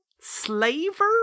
slaver